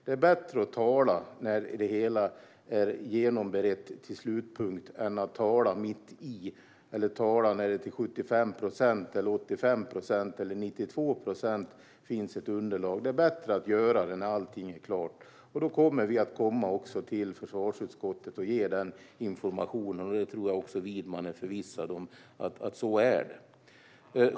Det är bättre att tala när det hela är genomberett till slutpunkt än att tala mitt i eller tala när det till 75 procent, 85 procent eller 92 procent finns ett underlag. Det är bättre att göra det när allt är klart, och då kommer vi också att komma till försvarsutskottet och ge den informationen. Jag tror att Widman är förvissad om att det är så.